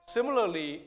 Similarly